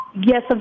Yes